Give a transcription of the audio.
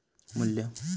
मू्ल्य